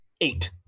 Eight